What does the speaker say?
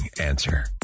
Answer